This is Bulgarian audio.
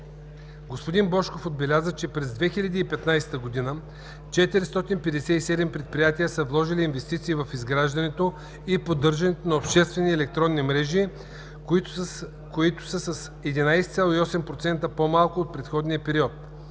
Господин Божков отбеляза, че през 2015 г. 457 предприятия са вложили инвестиции в изграждането и поддържането на обществени електронни мрежи, които са с 11,8% по-малко от предходния период.